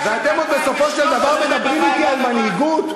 ואתם עוד בסופו של דבר מדברים אתי על מנהיגות?